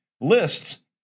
lists